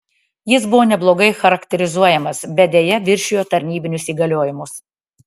jis buvo neblogai charakterizuojamas bet deja viršijo tarnybinius įgaliojimus